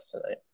tonight